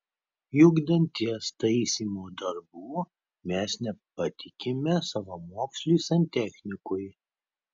juk danties taisymo darbų mes nepatikime savamoksliui santechnikui